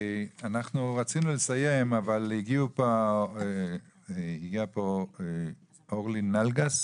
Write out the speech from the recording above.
רצינו לסיים אבל הגיעה לפה אורלי נלגס.